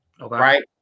right